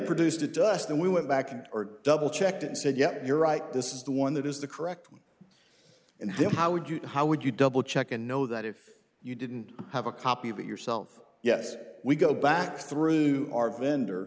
produced it to us then we went back and or double checked and said yep you're right this is the one that is the correct one and then how would you how would you double check and know that if you didn't have a copy of it yourself yes we go back through our vendor